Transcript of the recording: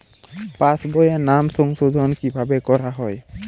পাশ বইয়ে নাম সংশোধন কিভাবে করা হয়?